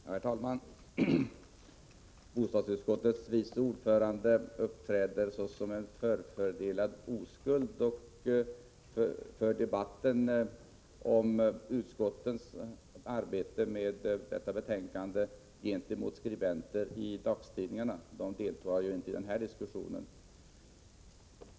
Herr talman! Bostadsutskottets vice ordförande uppträder såsom en förfördelad oskuld och för debatten om utskottets arbete med detta betänkande med skribenter i dagstidningarna. De deltar ju inte i den här diskussionen.